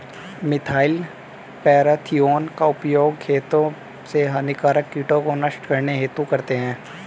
methyl parathion का उपयोग खेतों से हानिकारक कीटों को नष्ट करने हेतु करते है